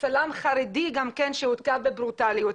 צלם חרדי גם כן שהותקף בברוטליות.